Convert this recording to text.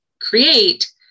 create